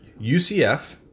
UCF